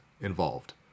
involved